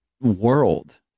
world